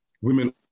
women